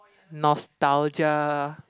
nostalgia